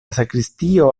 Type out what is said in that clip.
sakristio